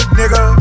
nigga